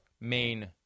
main